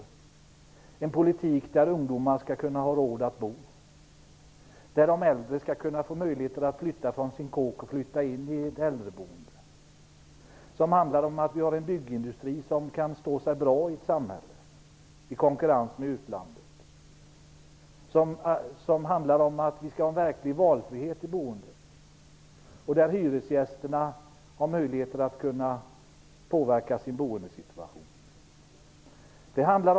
Det är en politik som innebär att ungdomar skall ha råd att bo. De äldre skall ha möjlighet att flytta från sitt hus och flytta in i äldreboende. Det är en politik som handlar om att vi skall ha en byggpolitik som kan stå sig bra i samhället i konkurrens med utlandet. Vi skall ha verklig valfrihet i boendet. Hyresgästerna skall ha möjlighet att påverka sitt boende.